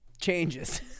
changes